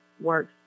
works